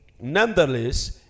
Nonetheless